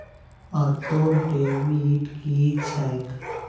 Auto debit की छैक?